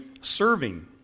serving